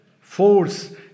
force